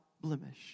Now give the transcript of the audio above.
blemish